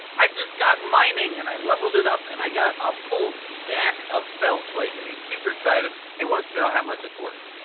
i just got mining and i leveled it up and i got a full stack of felslate! and he's super excited, and he wants to know how much it's worth.